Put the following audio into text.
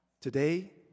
Today